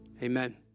Amen